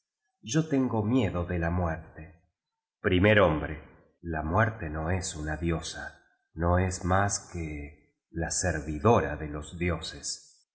yo tengo miedo de ia muerte primer hombre la muerte no es una diosa no es más que la servidora de tos dioses